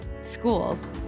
schools